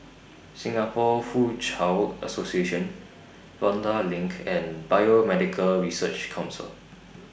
Singapore Foochow Association Vanda LINK and Biomedical Research Council